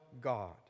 God